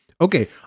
okay